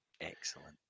Excellent